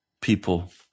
people